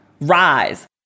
Rise